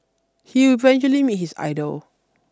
he would eventually meet his idol